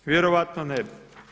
Vjerojatno ne bi.